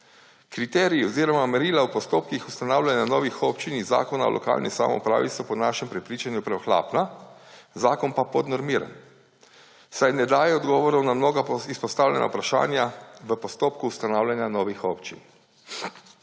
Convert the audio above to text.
Kriteriji oziroma merila v postopkih ustanavljanja novih občin in Zakonu o lokalni samoupravi so po našem prepričanju preohlapna, zakon pa podnormiran, saj ne daje odgovorov na mnoga izpostavljena vprašanja v postopku ustanavljanja novih občin.